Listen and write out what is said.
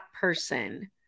person